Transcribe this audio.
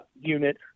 unit